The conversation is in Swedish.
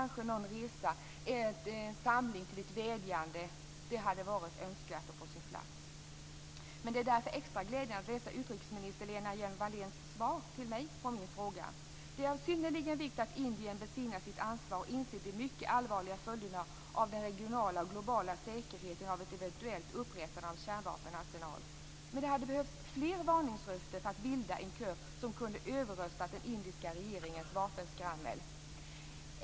Någon resa och ett samlat vädjande hade också varit på sin plats. Det är därför glädjande att läsa utrikesminister Lena Hjelm-Walléns svar till mig på min fråga: "Det är av synnerlig vikt att Indien besinnar sitt ansvar och inser de mycket allvarliga följderna för den regionala och globala säkerheten av ett eventuellt upprättande av en kärnvapenarsenal." Men det hade behövts fler varningsröster för att bilda en kör som kunde ha överröstat den indiska regeringens vapenskrammel.